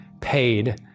paid